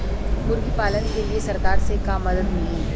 मुर्गी पालन के लीए सरकार से का मदद मिली?